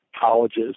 colleges